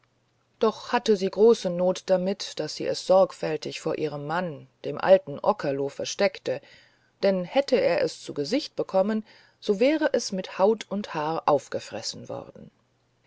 doch hatte sie große noth damit daß sie es sorgfältig vor ihrem mann dem alten okerlo versteckte denn hätte er es zu gesicht bekommen so wäre es mit haut und haar aufgefressen worden